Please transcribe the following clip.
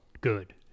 good